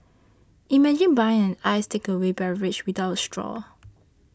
imagine buying an iced takeaway beverage without a straw